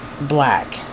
black